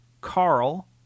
Carl